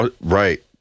Right